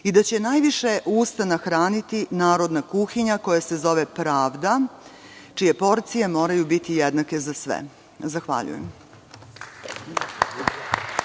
i da će najviše usta nahraniti narodna kuhinja koja se zove pravda čije porcije moraju biti jednake za sve. Zahvaljujem.